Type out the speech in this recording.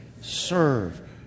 Serve